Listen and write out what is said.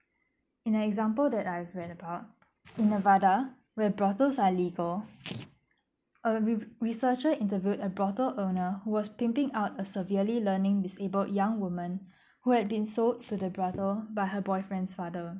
in an example that I've read about in Nevada where brothels are legal a re~ researchers interviewed a brothel earner who was painting out a severely learning disable young woman who has been sold to the brothel by her boyfriend's father